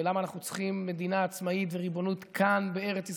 ולמה אנחנו צריכים מדינה עצמאית וריבונות כאן בארץ ישראל.